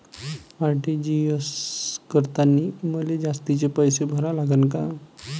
RTGS करतांनी मले जास्तीचे पैसे भरा लागन का?